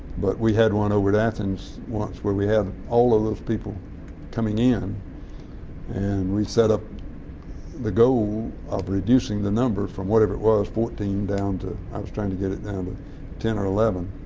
but we had one over at athens once where we had all of those people coming in and we set up the goal of reducing the number from whatever it was fourteen down to i was trying to get it down to ten or eleven.